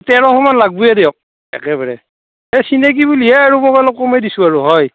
তেৰশ মান লাগবোয়ে দিয়ক একেবাৰে এই চিনাকি বুলিহে আৰু মই অলপ কমাই দিছোঁ আৰু হয়